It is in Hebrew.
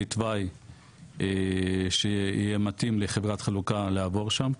התוואי שיהיה מתאים לחברת החלוקה לעבור שם,